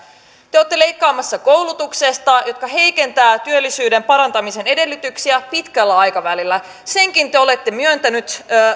te olette leikkaamassa koulutuksesta mikä heikentää työllisyyden parantamisen edellytyksiä pitkällä aikavälillä senkin te olette myöntäneet